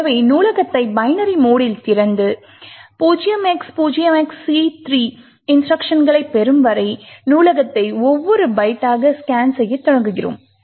எனவே நூலகத்தை பைனரி மோடில் திறந்து 0x0XC3 இன்ஸ்ட்ருக்ஷன்களைப் பெறும் வரை நூலகத்தை ஒவ்வொரு பைட்டாக ஸ்கேன் செய்யத் தொடங்குகிறோம்